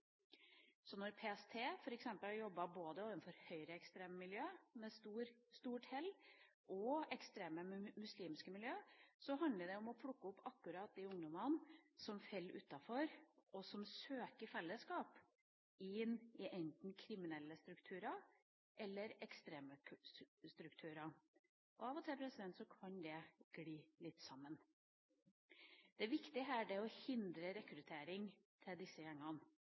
Når PST f.eks. jobber både overfor høyreekstreme miljø – med stort hell – og ekstreme muslimske miljø, handler det om å plukke opp akkurat de ungdommene som faller utenfor, og som søker fellesskap inn i enten kriminelle eller ekstreme strukturer. Av og til kan det gli litt sammen. Det viktige her er å hindre rekruttering til disse gjengene,